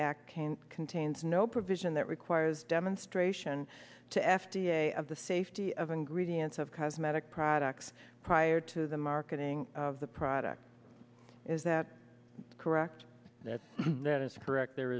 again contains no provision that requires demonstration to f d a of the safety of ingredients of cosmetic products prior to the marketing of the product is that correct that is correct there